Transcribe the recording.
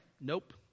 Nope